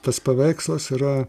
tas paveikslas yra